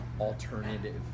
alternative